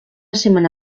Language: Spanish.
semana